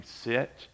sit